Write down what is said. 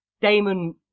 Damon